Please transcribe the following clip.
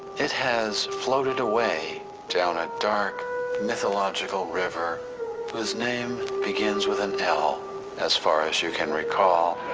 it has floated away down a dark mythological river whose name begins with an l as far as you can recall,